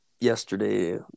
yesterday